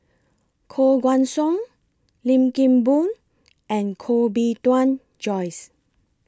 Koh Guan Song Lim Kim Boon and Koh Bee Tuan Joyce